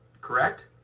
correct